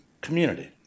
Community